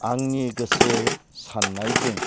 आंनि गोसो साननायजों